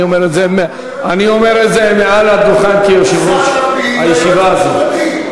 אני אומר את זה מעל הדוכן כיושב-ראש הישיבה הזאת.